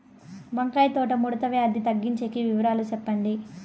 వంకాయ తోట ముడత వ్యాధి తగ్గించేకి వివరాలు చెప్పండి?